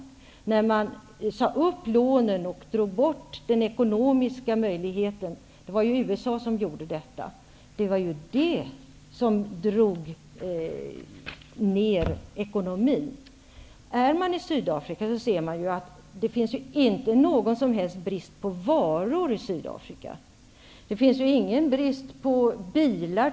Det var USA som sade upp lånen och drog bort de ekonomiska möjligheterna, och det var det som drog ner ekonomin. Är man i Sydafrika ser man att det där inte finns någon som helst brist på varor. Det finns t.ex. ingen brist på bilar.